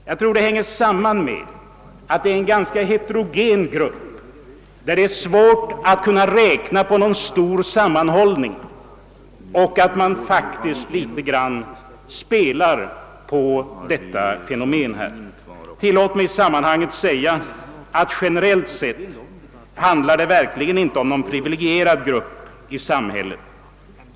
Jag tror att det hänger samman med att Ssruppen är ganska heterogen och att det är svårt att åstadkomma någon stor sammanhållning inom gruppen. Tillåt mig i sammanhanget säga, att generellt sett handlar det verkligen inte om någon privilegierad grupp i samhället.